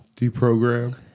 Deprogram